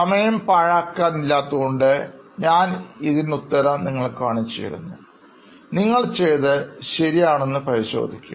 സമയം പാഴാക്കാൻ ഇല്ലാത്തതുകൊണ്ട് ഞാൻ ഇതിനുത്തരം നിങ്ങൾക്ക് കാണിച്ചുതരുന്നു നിങ്ങൾ ചെയ്തത് ശരിയാണോ എന്ന് പരിശോധിക്കുക